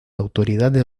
autoridades